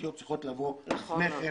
התשתיות צריכות לבוא לפני כן.